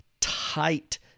tight